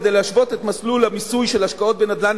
כדי להשוות את מסלול המיסוי של השקעה בנדל"ן